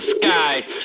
sky